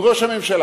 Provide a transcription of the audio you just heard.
עם ראש הממשלה,